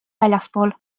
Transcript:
väljaspool